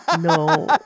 No